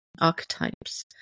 archetypes